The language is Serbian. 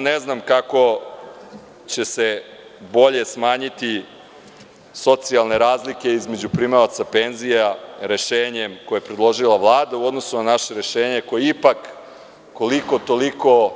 Ne znam kako će se bolje smanjiti socijalne razlike između primaoca penzija rešenjem koje je predložila Vlada u odnosu na naše rešenje, koje ipak, koliko toliko,